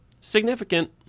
significant